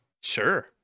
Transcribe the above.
sure